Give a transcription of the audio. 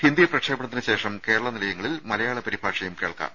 ഹിന്ദി പ്രക്ഷേപണത്തിന് ശേഷം കേരള നിലയങ്ങളിൽ മലയാള പരിഭാഷയും കേൾക്കാം